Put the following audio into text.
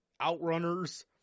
Outrunners